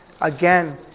Again